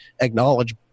acknowledge